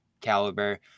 caliber